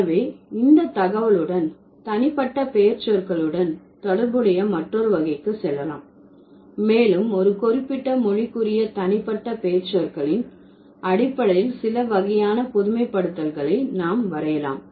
எனவே இந்த தகவலுடன் தனிப்பட்ட பெயர்ச்சொற்களுடன் தொடர்புடைய மற்றொரு வகைக்கு செல்லலாம் மேலும் ஒரு குறிப்பிட்ட மொழிக்குரிய தனிப்பட்ட பெயர்ச்சொற்களின் அடிப்படையில் சில வகையான பொதுமைப்படுத்தல்களை நாம் வரையலாம்